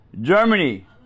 Germany